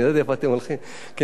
ואני,